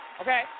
Okay